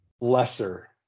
lesser